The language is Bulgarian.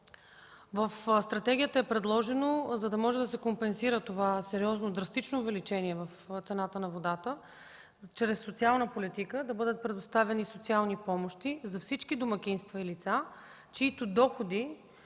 В стратегията е предложено, за да може да се компенсира това сериозно, драстично увеличение в цената на водата, чрез социална политика да бъдат предоставени социални помощи за всички домакинства и лица, чиито сметки